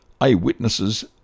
Eyewitnesses